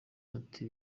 ati